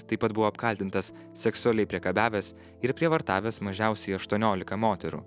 taip pat buvo apkaltintas seksualiai priekabiavęs ir prievartavęs mažiausiai aštuoniolika moterų